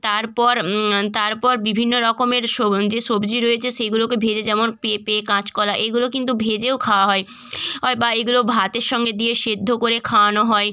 তারপর তারপর বিভিন্ন রকমের সো যে সবজি রয়েছে সেইগুলোকে ভেজে যেমন পেঁপে কাঁচকলা এইগুলো কিন্তু ভেজেও খাওয়া হয় অয় বা এইগুলো ভাতের সঙ্গে দিয়ে সেদ্ধ করে খাওয়ানো হয়